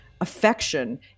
affection